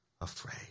afraid